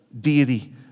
deity